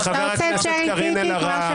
-- חברת הכנסת קארין אלהרר,